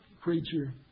preacher